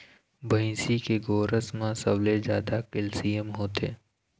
भइसी के गोरस म सबले जादा कैल्सियम होथे